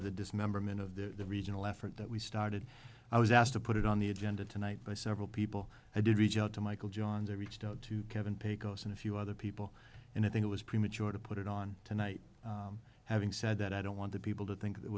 of the regional effort that we started i was asked to put it on the agenda tonight by several people i did reach out to michael johns i reached out to kevin pecos and a few other people and i think it was premature to put it on tonight having said that i don't want people to think th